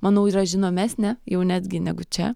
manau yra žinomesnė jau netgi negu čia